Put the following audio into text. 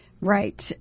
Right